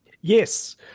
Yes